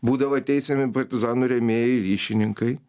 būdavo teisiami partizanų rėmėjai ryšininkai